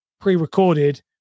pre-recorded